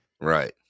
Right